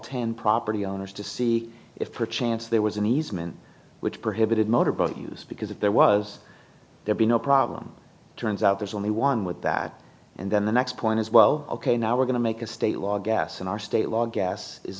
ten property owners to see if perchance there was an easement which prohibited motor boat use because if there was there be no problem turns out there's only one with that and then the next point is well ok now we're going to make a state law gas in our state law gas is